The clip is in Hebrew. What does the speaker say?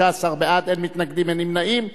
19 בעד, אין מתנגדים, אין נמנעים.